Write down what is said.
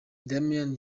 damian